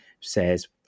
says